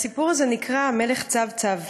הסיפור הזה נקרא "המלך צב-צב",